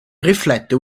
riflette